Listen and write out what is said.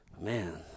Man